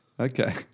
Okay